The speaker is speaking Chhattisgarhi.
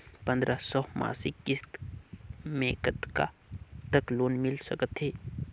पंद्रह सौ मासिक किस्त मे कतका तक लोन मिल सकत हे?